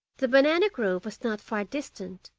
the banana grove was not far distant,